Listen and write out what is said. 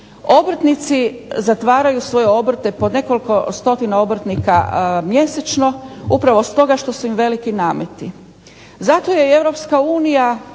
Obrtnici zatvaraju svoje obrte po nekoliko stotina obrtnika mjesečno upravo stoga što su im veliki nameti. Zato je i Europska unija